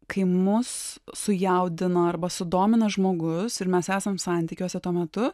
kai mus sujaudina arba sudomina žmogus ir mes esam santykiuose tuo metu